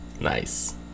Nice